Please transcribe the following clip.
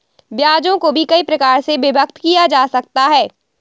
ब्याजों को भी कई प्रकार से विभक्त किया जा सकता है